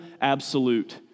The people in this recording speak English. absolute